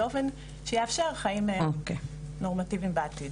באופן שיאפשר חיים נורמטיביים בעתיד.